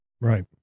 Right